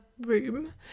room